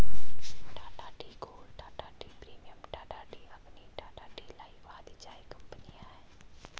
Tata tea gold, Tata tea premium, Tata tea Agni, Tata tea life आदि चाय कंपनियां है